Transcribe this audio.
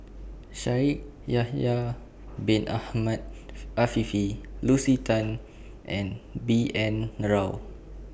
Shaikh Yahya Bin Ahmed Afifi Lucy Tan and B N Rao